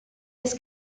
his